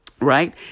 right